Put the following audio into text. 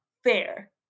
Fair